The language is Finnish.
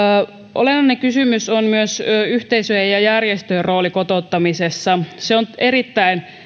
olennainen kysymys on myös yhteisöjen ja järjestöjen rooli kotouttamisessa se on erittäin